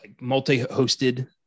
multi-hosted